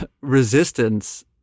resistance